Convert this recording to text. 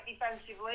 defensively